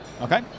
Okay